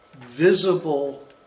visible